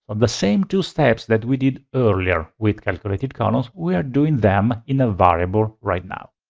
the same two steps that we did earlier with calculated columns, we are doing them in a variable right now.